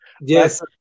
Yes